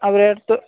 اب ایک تو